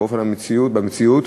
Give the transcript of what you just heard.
המציאות,